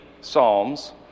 psalms